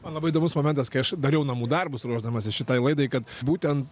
man labai įdomus momentas kai aš dariau namų darbus ruošdamasis šitai laidai kad būtent